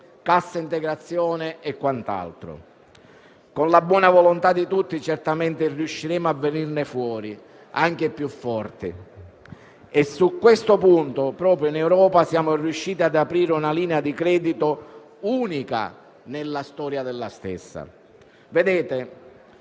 cassa integrazione e quant'altro. Con la buona volontà di tutti, certamente riusciremo a venirne fuori anche più forti. Su questo punto proprio in Europa siamo riusciti ad aprire una linea di credito unica nella storia della stessa. Il